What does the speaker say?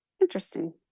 interesting